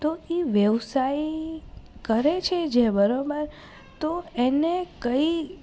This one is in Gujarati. તો એ વ્યવસાય કરે છે જે બરાબર તો એને કઈ